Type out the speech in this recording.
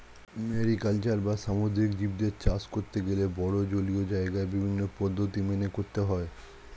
mariculture বা সামুদ্রিক জীবদের চাষ করতে গেলে বড়ো জলীয় জায়গায় বিভিন্ন পদ্ধতি মেনে করতে হয়